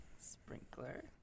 Sprinkler